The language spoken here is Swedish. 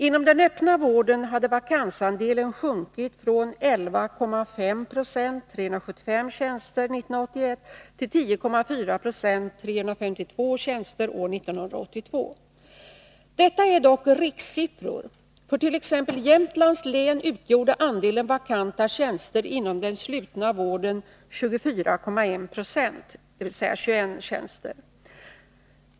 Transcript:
Inom den öppna vården hade vakansandelen sjunkit från 11,5 90 1981 till 10,4 96 år 1982. Detta är dock rikssiffror. För t.ex. Jämtlands län utgjorde andelen vakanta tjänster inom den slutna vården 24,1 90 .